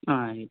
ಹಾಂ